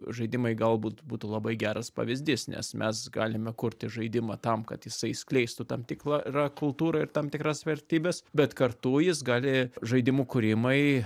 žaidimai galbūt būtų labai geras pavyzdys nes mes galime kurti žaidimą tam kad jisai skleistų tam tikrą kultūrą ir tam tikras vertybes bet kartu jis gali žaidimų kūrimai